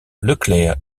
leclerc